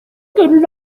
good